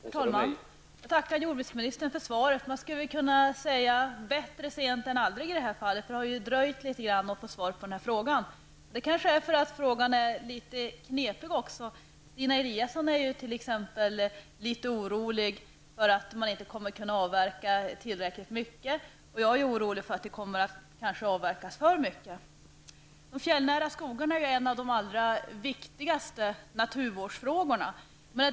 Herr talman! Jag vill tacka jordbruksministern för svaret. Man skulle kunna säga bättre sent än aldrig, det har ju dröjt litet att få svar på den här frågan. Det kanske beror på att frågan är litet knepig. Stina Eliasson är t.ex. litet orolig för att man inte kommer att kunna avverka tillräckligt mycket, medan jag är orolig för att det kanske kommer att avverkas för mycket. De fjällnära skogarna är en av de allra viktigaste naturvårdsfrågorna.